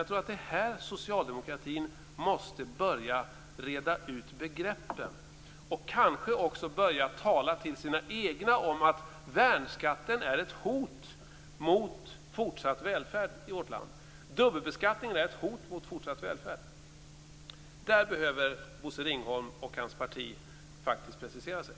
Jag tror att socialdemokratin här måste börja reda ut begreppen och kanske också börja tala till sina egna om att dubbelbeskattningen är ett hot mot fortsatt välfärd i vårt land. Därvidlag behöver Bosse Ringholm och hans parti faktiskt precisera sig.